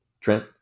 Trent